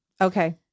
Okay